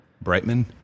Brightman